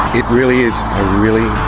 it really is a really,